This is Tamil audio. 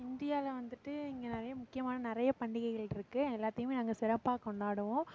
இந்தியாவில் வந்துவிட்டு இங்கே நிறைய முக்கியமான நிறைய பண்டிகைகள் இருக்கு எல்லாத்தையும் நாங்கள் சிறப்பாக கொண்டாடுவோம்